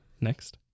Next